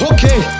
Okay